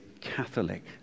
Catholic